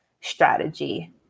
strategy